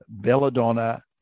belladonna